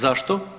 Zašto?